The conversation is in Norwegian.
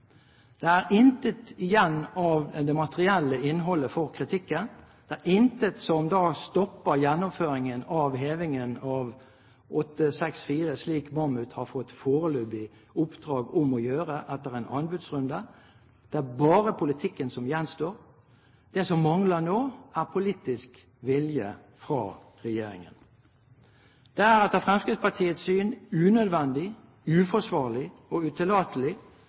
Det er intet igjen av det materielle innholdet for kritikken. Det er intet som da stopper gjennomføringen av hevingen av U-864, slik Mammoet har fått foreløpig oppdrag om å gjøre etter en anbudsrunde. Det er bare politikken som gjenstår. Det som mangler nå, er politisk vilje fra regjeringen. Det er etter Fremskrittspartiets syn unødvendig, uforsvarlig og utillatelig